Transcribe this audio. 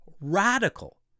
radical